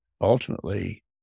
ultimately